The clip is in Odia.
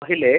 କହିଲେ